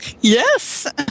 Yes